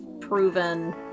proven